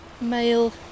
male